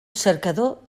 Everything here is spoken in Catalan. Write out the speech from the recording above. cercador